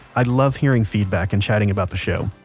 i love hearing feedback and chatting about the show.